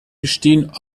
bestehen